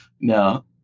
no